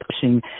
pushing